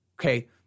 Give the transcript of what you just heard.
Okay